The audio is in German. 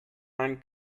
einen